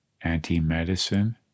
anti-medicine